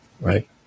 right